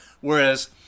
Whereas